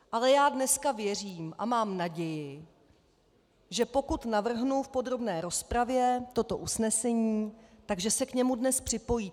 Ale já dneska věřím a mám naději, že pokud navrhnu v podrobné rozpravě toto usnesení, tak že se k němu dnes připojíte.